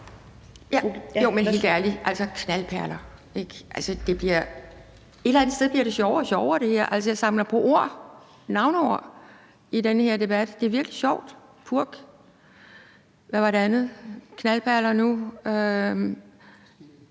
Jo, men helt ærligt, altså, knaldperler, ikke? Et eller andet sted bliver det her sjovere og sjovere. Altså, jeg samler på ord, navneord, i den her debat, og det er virkelig sjovt. Purk, og hvad var det andet? Knaldperler,